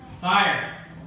fire